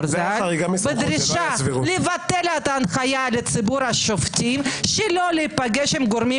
דאז בדרישה לבטל את ההנחיה לציבור השופטים לא להיפגש עם גורמים